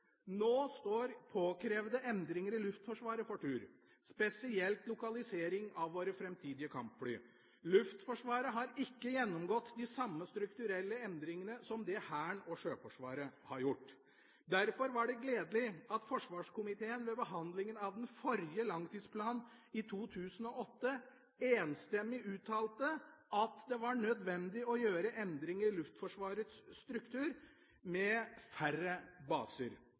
Nå står påkrevde endringer i Luftforsvaret for tur, spesielt lokaliseringen av våre framtidige kampfly. Luftforsvaret har ikke gjennomgått de samme strukturelle endringene som det Hæren og Sjøforsvaret har gjort. Derfor var det gledelig at forsvarskomiteen ved behandlingen av den forrige langtidsplanen i 2008 enstemmig uttalte at det var nødvendig å gjøre endring i Luftforsvarets struktur med færre baser.